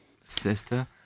sister